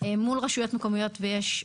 מול רשויות מקומיות ויש,